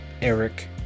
Eric